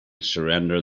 surrender